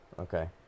Okay